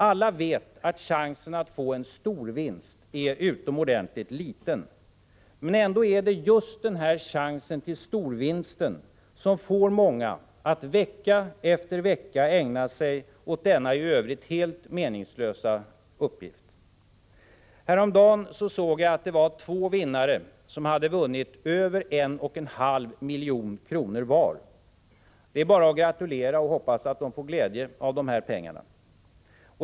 Alla vet att chansen att få en storvinst är utomordentligt liten, men ändå är det just denna lilla chans tillstorvinst som får många att vecka efter vecka ägna sig åt denna i övrigt helt meningslösa uppgift. Häromdagen såg jag att två vinnare vunnit över en och en halv miljon kronor vardera. Det är bara att gratulera och hoppas att de får glädje av pengarna.